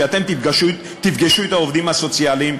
כשאתם תפגשו את העובדים הסוציאליים,